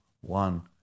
One